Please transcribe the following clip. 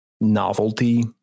novelty